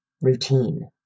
routine